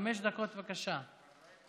חמש דקות, בבקשה.